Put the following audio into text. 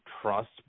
trust